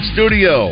Studio